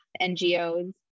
NGOs